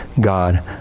God